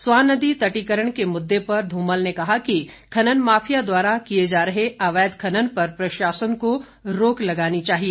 स्वां नदी तटीयकरण के मुददे पर ध्रमल ने कहा कि खनन माफिया द्वारा किए जा रहे अवैध खनन पर प्रशासन को रोक लगानी चाहिए